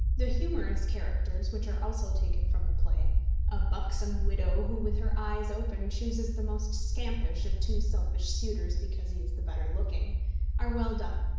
the humorous characters, which are also taken from the play a buxom widow who with her eyes open chooses the most scampish of two selfish suitors because he is the better looking are well done.